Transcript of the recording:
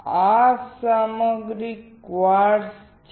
આ સામગ્રી ક્વાર્ટઝ છે